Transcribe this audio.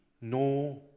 no